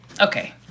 Okay